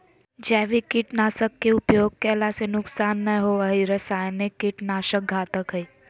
जैविक कीट नाशक के उपयोग कैला से नुकसान नै होवई हई रसायनिक कीट नाशक घातक हई